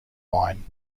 wine